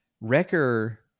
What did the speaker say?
Wrecker